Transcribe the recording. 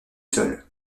sol